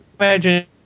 imagine